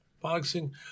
boxing